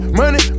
money